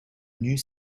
nus